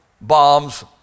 bombs